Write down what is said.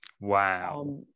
Wow